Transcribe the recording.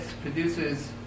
produces